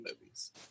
movies